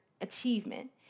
achievement